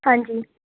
ਹਾਂਜੀ